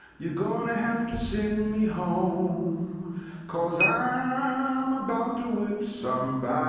you gonna have to send me home cause ah ah i'm about to whip somebody's